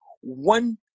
one